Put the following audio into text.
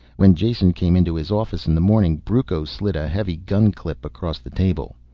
when jason came into his office in the morning, brucco slid a heavy gun clip across the table.